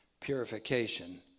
purification